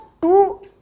two